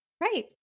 Right